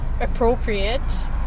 appropriate